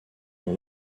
dans